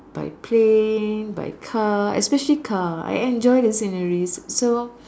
by plane by car especially car I enjoy the sceneries so